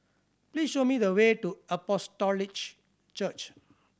please show me the way to Apostolic Church